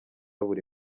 buri